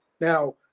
Now